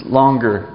longer